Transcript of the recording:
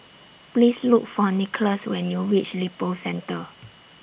Please Look For Nicholaus when YOU REACH Lippo Centre